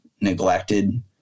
neglected